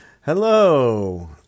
Hello